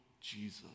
Jesus